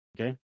Okay